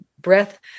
breath